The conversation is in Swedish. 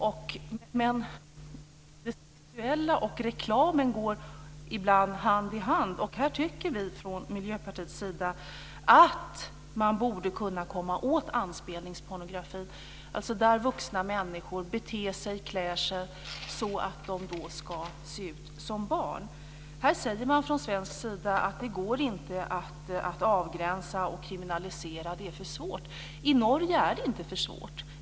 Men det sexuella och reklamen går ibland hand i hand. Och här tycker vi från Miljöpartiets sida att man borde kunna komma åt anspelningspornografin, dvs. där vuxna människor beter sig och klär sig så att de ska se ut som barn. Här säger man från svensk sida att det inte går att avgränsa och kriminalisera. Det är för svårt. I Norge är det inte för svårt.